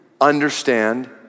understand